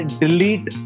delete